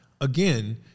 Again